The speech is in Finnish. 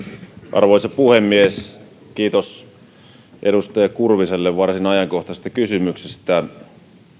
arvoisa puhemies kiitos edustaja kurviselle varsin ajankohtaisesta kysymyksestä